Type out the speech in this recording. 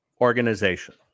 organization